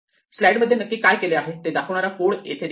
slide मध्ये नक्की काय केले आहे ते दाखवणारा कोड येथे दिला आहे